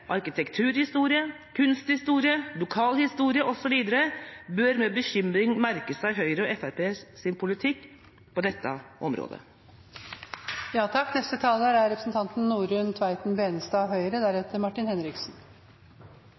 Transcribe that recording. arkitekturhistorie, kunsthistorie, lokalhistorie osv., bør med bekymring merke seg Høyre og Fremskrittspartiets politikk på dette området. Årets budsjett er